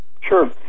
Sure